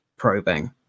Probing